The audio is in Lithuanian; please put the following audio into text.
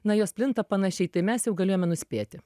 na jos plinta panašiai tai mes jau galėjome nuspėti